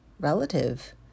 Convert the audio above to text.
relative